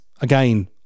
again